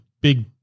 big